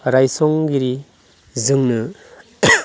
राइसंगिरि जोंनो